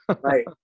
Right